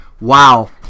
Wow